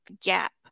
gap